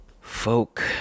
folk